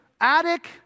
attic